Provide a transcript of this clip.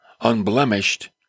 unblemished